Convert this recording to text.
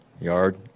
yard